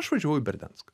aš važiavau į berdianską